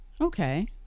okay